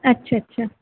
आच्छा अच्छा